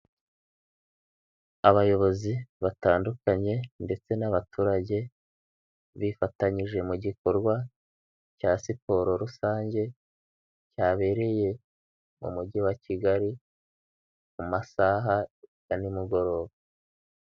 Abayobozi batandukanye ndetse n'abaturage bifatanyije mu gikorwa cya siporo rusange, cyabereye mu mujyi wa Kigali mu masaha ya nimugoroba.